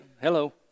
hello